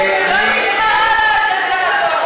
היא לא נבחרה על האג'נדה הזאת.